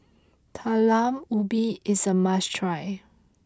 Talam Ubi is a must try